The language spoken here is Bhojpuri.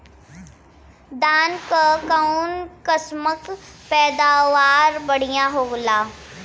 धान क कऊन कसमक पैदावार बढ़िया होले?